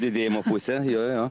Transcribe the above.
didėjimo pusę jo